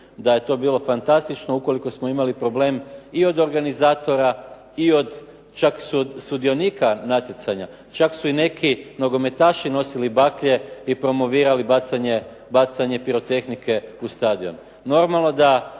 da je to bilo fantastično, ukoliko smo imali problem i od organizatora i od čak sudionika natjecanja. Čak su neki i nogometaši nosili baklje i promovirali bacanje pirotehnike u stadion.